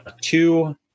two